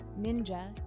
ninja